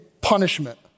punishment